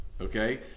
okay